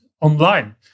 online